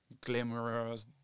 glamorous